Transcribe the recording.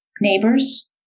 Neighbors